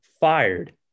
fired